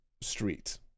street